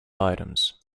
items